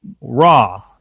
Raw